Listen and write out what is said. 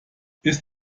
ist